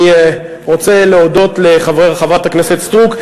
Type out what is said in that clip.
אני רוצה להודות לחברת הכנסת סטרוק,